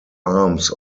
arms